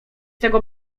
tego